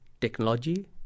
technology